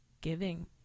giving